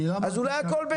אז אולי הכול בסדר.